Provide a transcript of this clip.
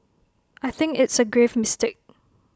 I think it's A grave mistake